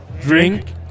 Drink